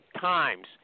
times